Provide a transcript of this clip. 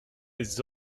les